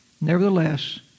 Nevertheless